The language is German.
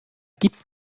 gibt